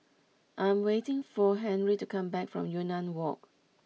I'm waiting for Henry to come back from Yunnan Walk